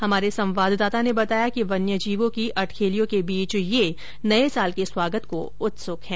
हमारे संवाददाता ने बताया कि वन्य जीवों की अठखेलियों के बीच ये नये साल के स्वागत को उत्सुक है